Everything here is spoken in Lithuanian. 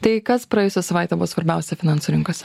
tai kas praėjusią savaitę buvo svarbiausia finansų rinkose